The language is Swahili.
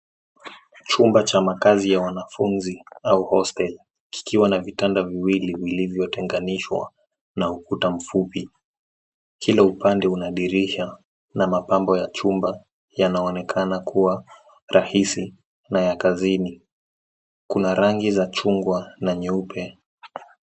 Chumba cha makaazi ya wanafunzi au cs[hostel]cs kikiwa na vitanda viwili vilivyotenganishwa na ukuta mfupi. Kila upande una dirisha na mapambo ya chumba yanaonekana kuwa rahisi na ya kazini. Kuna rangi za chungwa na nyeupe.